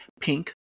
Pink